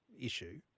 issue